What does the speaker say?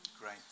Great